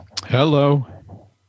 Hello